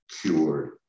cured